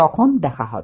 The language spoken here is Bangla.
তখন দেখা হবে